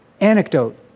anecdote